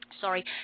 sorry